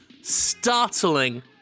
startling